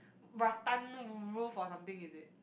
rattan roof or something is it